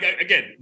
again